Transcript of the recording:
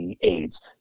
AIDS